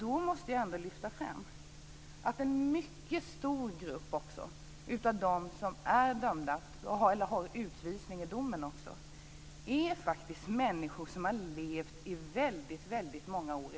Då måste jag lyfta fram att en mycket stor grupp av dem som är dömda också till utvisning är faktiskt människor som har levt i Sverige under väldigt många år.